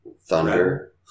Thunder